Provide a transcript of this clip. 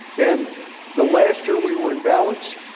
and the last year we were in balance,